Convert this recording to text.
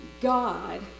God